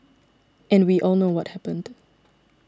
and we all know what happened